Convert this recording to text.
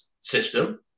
system